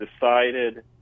decided